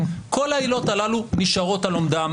כל העילות הללו נשארות על עומדן,